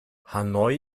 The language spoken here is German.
hanoi